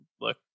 look